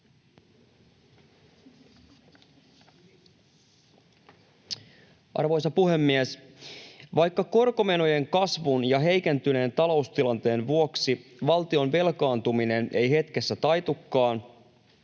Arvoisa puhemies! Vaikka korkomenojen kasvun ja heikentyneen taloustilanteen vuoksi valtion velkaantuminen ei hetkessä taitukaan,